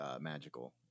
Magical